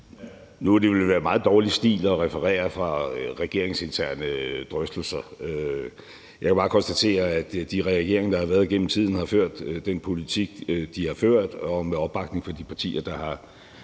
Nu ville det være meget dårlig stil at referere fra regeringsinterne drøftelser. Jeg kan bare konstatere, at de regeringer, der har været igennem tiden, har ført den politik, de har ført, og med opbakning fra de partier, der har